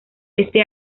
este